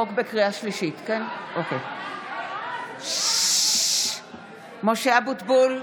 (קוראת בשמות חברי הכנסת) משה אבוטבול,